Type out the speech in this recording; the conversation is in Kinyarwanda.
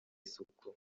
isuku